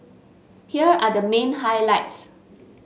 here are the main highlights